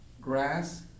grass